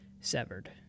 severed